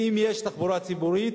ואם יש תחבורה ציבורית,